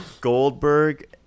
Goldberg